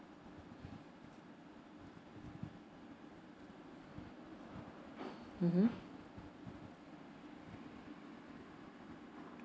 mmhmm